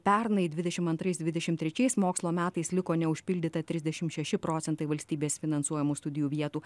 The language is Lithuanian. pernai dvidešim antrais dvidešim trečiais mokslo metais liko neužpildyta trisdešim šeši procentai valstybės finansuojamų studijų vietų